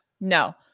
no